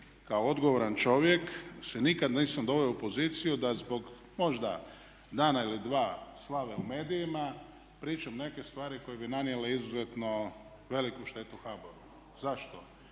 kao odgovoran čovjek se nikad nisam doveo u poziciju da zbog možda dana ili dva slave u medijima pričam neke stvari koje bi nanijele izuzetno veliku štetu HBOR-u. Zašto?